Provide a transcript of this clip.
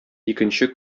икенче